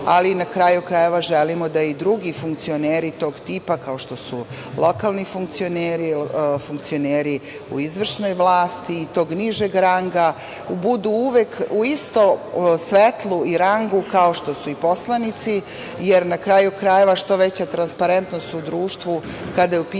ali na kraju krajeva, želimo da i drugi funkcioneri tog tipa, kao što su lokalni funkcioneri, funkcioneri u izvršnoj vlasti, tog nižeg ranga, budu uvek u istom svetlu i rangu kao što su i poslanici, jer na kraju krajeva, što veća transparentnost u društvu kada je u pitanju